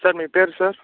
sir మీ పేరు sir